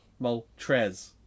Moltres